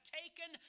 taken